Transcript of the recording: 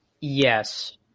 Yes